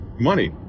money